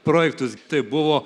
projektus tai buvo